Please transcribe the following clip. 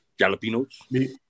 Jalapenos